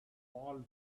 fall